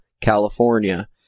California